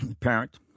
parent